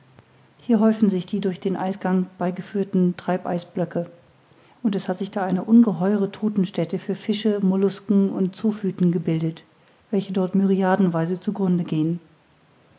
hier häufen sich auch die durch den eisgang beigeführten treibeisblöcke und es hat sich da eine ungeheure todtenstätte für fische mollusken oder zoophyten gebildet welche dort myriadenweise zu grunde gehen